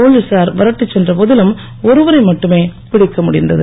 போலீசார் விரட்டிச் சென்ற போதிலும் ஒருவரை மட்டுமே பிடிக்க முடிந்தது